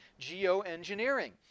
geoengineering